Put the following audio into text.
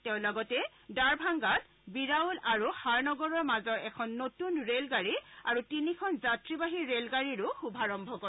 তেওঁ লগতে ডৰভাংগাত বিৰাউল আৰু হাৰনগৰৰ মাজৰ এখন নতুন ৰেলগাড়ী আৰু তিনিখন যাত্ৰীবাহী ৰেলগাড়ীৰো শুভাৰম্ভ কৰে